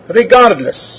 regardless